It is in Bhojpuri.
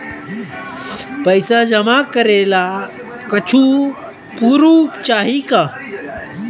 पैसा जमा करे ला कुछु पूर्फ चाहि का?